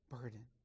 burden